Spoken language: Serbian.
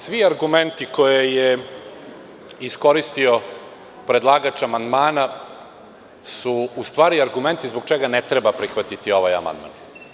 Svi argumenti koje je iskoristio predlagač amandmana su u stvari argumenti zbog čega ne treba prihvatiti ovaj amandman.